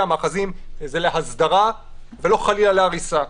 המאחזים היא להסדרה ולא חלילה להריסה.